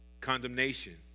Condemnation